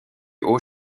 haut